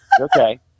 Okay